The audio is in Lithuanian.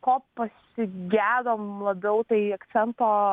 ko pasigedom labiau tai akcento